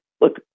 look